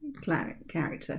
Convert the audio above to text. character